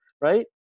Right